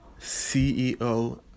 CEO